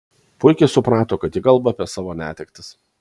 puikiai suprato kad ji kalba apie savo netektis